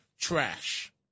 trash